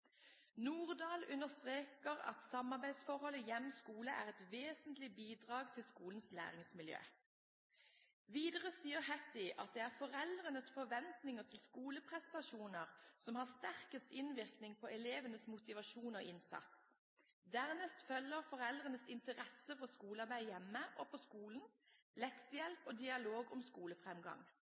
understreker at samarbeidsforholdet hjem-skole er et vesentlig bidrag til skolens læringsmiljø Videre sier Hattie at det er foreldrenes forventninger til skoleprestasjoner som har sterkest innvirkning på elevenes motivasjon og innsats; dernest følger foreldrenes interesse for skolearbeid hjemme og på skolen, leksehjelp og dialog om skolefremgang.